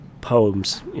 poems